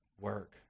work